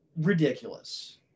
ridiculous